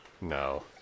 No